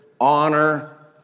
Honor